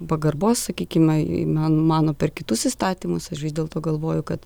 pagarbos sakykime į man mano per kitus įstatymus aš vis dėlto galvoju kad